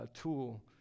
tool